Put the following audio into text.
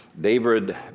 David